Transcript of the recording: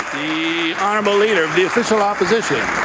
the honourable leader of the official opposition.